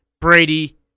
Brady